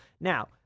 Now